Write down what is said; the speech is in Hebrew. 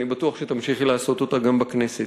ואני בטוח שתמשיכי לעשות אותה גם בכנסת.